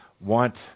want